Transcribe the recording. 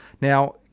Now